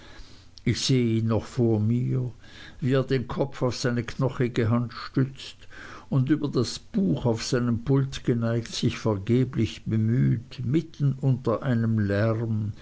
ich sehe ihn noch vor mir wie er den kopf auf seine knochige hand stützt und über das buch auf seinem pult geneigt sich vergeblich bemüht mitten unter einem lärm